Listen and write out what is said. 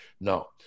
No